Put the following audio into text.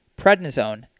prednisone